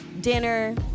Dinner